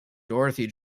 dorothy